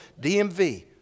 DMV